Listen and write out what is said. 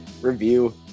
review